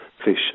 Fish